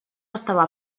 estava